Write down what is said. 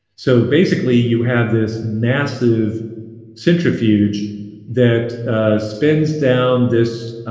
so basically you have this massive centrifuge that spins down this